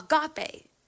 agape